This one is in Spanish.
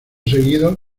seguidos